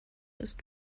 ist